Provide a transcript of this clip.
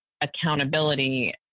accountability